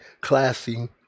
classy